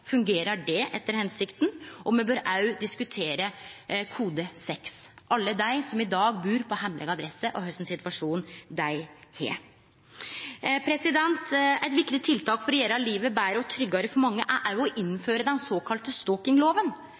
det fungerer etter hensikta – og me bør òg diskutere kode 6, med omsyn til alle dei som i dag bur på hemmeleg adresse, og kva situasjon dei har. Eit viktig tiltak for å gjere livet betre og tryggare for mange er òg å innføre den